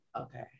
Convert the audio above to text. Okay